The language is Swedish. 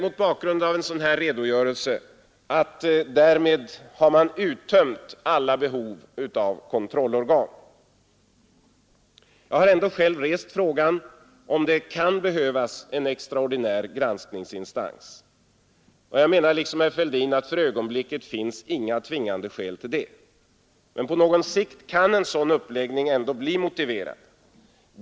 Mot bakgrund av en sådan här redogörelse kan det tyckas att man därmed har uttömt alla behov av kontrollorgan. Jag har ändå själv rest frågan om det kan behövas en extraordinär granskningsinstans. Liksom herr Fälldin menar jag att det för ögonblicket inte finns några tvingande skäl till detta. Men på någon sikt kan en sådan uppläggning ändå bli motiverad.